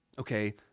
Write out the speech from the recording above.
Okay